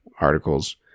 articles